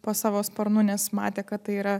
po savo sparnu nes matė kad tai yra